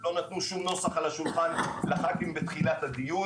לא נתנו שום נוסח לח"כים בתחילת הדיון.